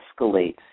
escalates